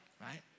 right